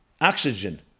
oxygen